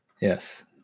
Yes